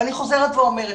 ואני חוזרת ואומרת,